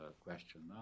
question